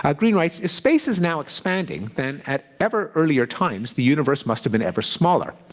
ah greene writes, if space is now expanding, then at ever earlier times the universe must have been ever smaller.